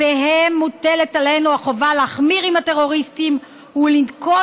מוטלת עלינו החובה כלפיהם להחמיר עם הטרוריסטים ולנקוט